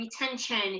retention